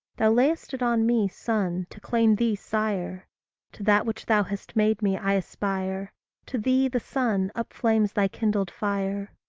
thou lay'st it on me, son, to claim thee, sire to that which thou hast made me, i aspire to thee, the sun, upflames thy kindled fire.